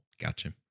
Gotcha